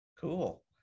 Cool